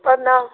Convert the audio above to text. प्रणाम